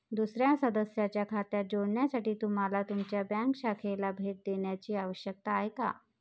दुसर्या सदस्याच्या खात्यात जोडण्यासाठी तुम्हाला तुमच्या बँक शाखेला भेट देण्याची आवश्यकता आहे